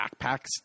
backpacks